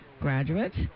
graduates